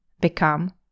become